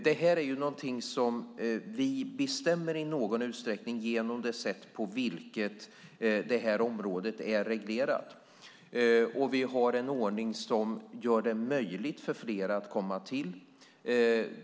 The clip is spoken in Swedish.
Det här är något som vi i någon utsträckning bestämmer genom det sätt på vilket området är reglerat. Vi har en ordning som gör det möjligt för fler att komma till.